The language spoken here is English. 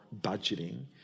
budgeting